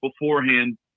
beforehand